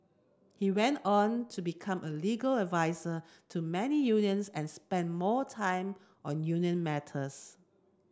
he went on to become a legal advisor to many unions and spent more time on union matters